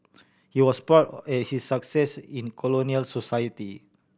he was proud of his success in colonial society